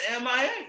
MIA